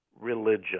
religion